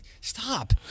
Stop